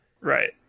Right